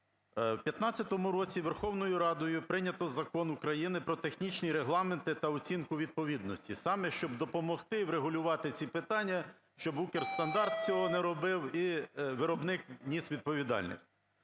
У 2015 році Верховною Радою прийнято Закон України "Про технічні регламенти та оцінку відповідності" саме, щоб допомогти врегулювати ці питання, щобУкрстандарт цього не робив і виробник ніс відповідальність.